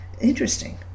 Interesting